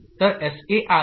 तर एसए आरए